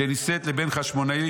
שנישאת לבן חשמונאי,